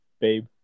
babe